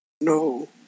No